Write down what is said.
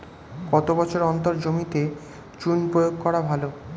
কত বছর অন্তর জমিতে চুন প্রয়োগ করা ভালো?